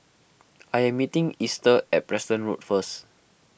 I am meeting Easter at Preston Road first